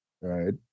right